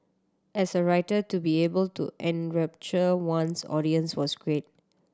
as a writer to be able to enrapture one's audience was great